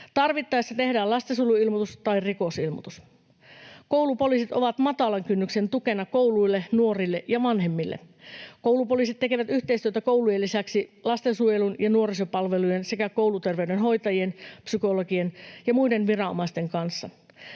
Tarvittaessa tehdään lastensuojeluilmoitus tai rikosilmoitus. Koulupoliisit ovat matalan kynnyksen tukena kouluille, nuorille ja vanhemmille. Koulupoliisit tekevät yhteistyötä koulujen lisäksi lastensuojelun ja nuorisopalvelujen sekä kouluterveydenhoitajien, psykologien ja muiden viranomaisten kanssa.